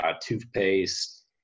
toothpaste